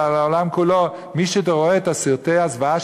אלא לעולם כולו: מי שרואה את סרטי הזוועה